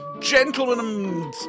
gentlemen